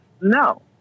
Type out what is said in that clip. No